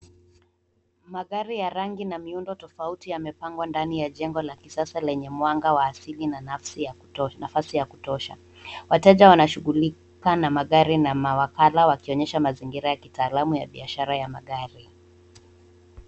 Magari ya rangi na miundo tofauti yamepangwa ndani ya jengo la kisasa lenye mwanga wa asili na nafasi ya kutosha. Wateja wanashughulika na magari na mawakala wakionyesha mazingira ya kitaalamu ya biashara ya magari.